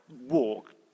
walk